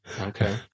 Okay